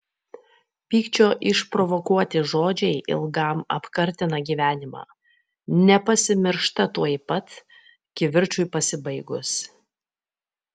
pykčio išprovokuoti žodžiai ilgam apkartina gyvenimą nepasimiršta tuoj pat kivirčui pasibaigus